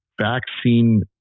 vaccine